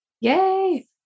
Yay